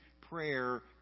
prayer